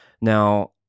now